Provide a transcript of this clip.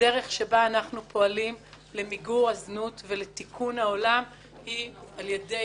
הדרך שבה אנחנו פועלים למיגור הזנות ולתיקון העולם היא על-ידי